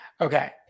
Okay